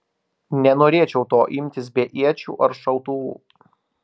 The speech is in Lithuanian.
nenorėčiau to imtis be iečių ar šautuvų